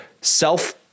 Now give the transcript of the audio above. self